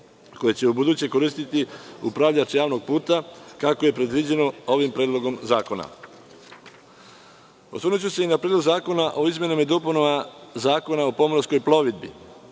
koje će ubuduće koristiti upravljač javnog puta, kako je predviđeno ovim Predlogom zakona. Osvrnuću se i na Predlog zakona o izmenama i dopunama Zakona o pomorskoj plovidbi.